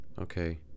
Okay